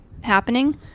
happening